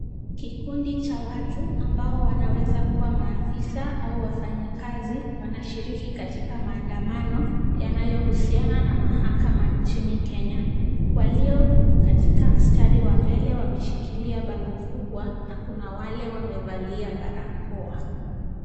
Kikundi cha watu ambao wanaweza kuwa maafisa au wafanyikazi wanashiriki katika maandamano, yanayohusiana na mahakama nchini Kenya. Walio katika mstari wa mbele wameshikilia bango kubwa na kuna wale wamevalia barakoa.